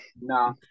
No